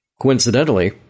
Coincidentally